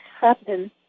happen